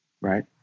right